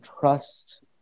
trust